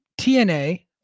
tna